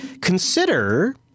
consider